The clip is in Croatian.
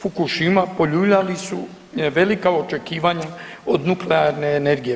Fukushima poljuljali velika očekivanja od nuklearne energije.